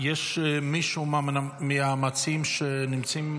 מישהו מהמציעים נמצא?